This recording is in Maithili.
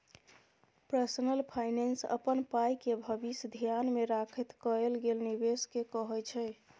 पर्सनल फाइनेंस अपन पाइके भबिस धेआन मे राखैत कएल गेल निबेश केँ कहय छै